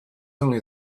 only